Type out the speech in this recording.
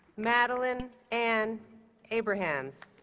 madeline ann abrahams